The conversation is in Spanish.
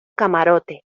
camarote